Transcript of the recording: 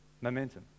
momentum